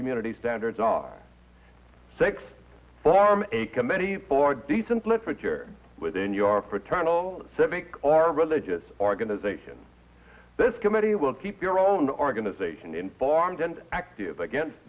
community standards are six farm a committee or decent literature within your fraternal civic or religious organization this committee will keep your own organization informed and active against